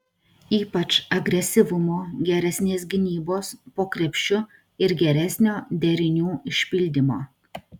ypač agresyvumo geresnės gynybos po krepšiu ir geresnio derinių išpildymo